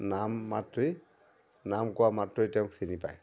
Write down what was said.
নাম মাত্ৰই নাম কোৱা মাত্ৰই তেওঁক চিনি পায়